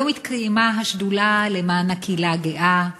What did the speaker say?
היום התקיימה ישיבת השדולה למען הקהילה הגאה,